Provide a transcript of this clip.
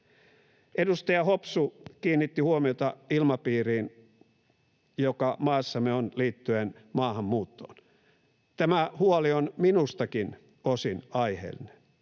Edustaja Hopsu kiinnitti huomiota ilmapiiriin, joka maassamme on liittyen maahanmuuttoon. Tämä huoli on minustakin osin aiheellinen.